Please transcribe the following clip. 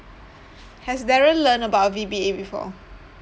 has darren learn about V_B_A before